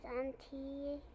Auntie